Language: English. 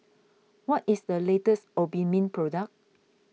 what is the latest Obimin product